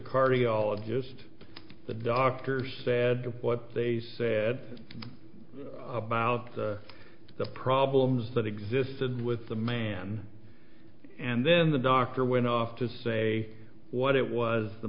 cardiologist the doctors said what they said about the problems that existed with the man and then the doctor went off to say what it was the